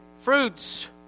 Fruits